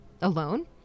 alone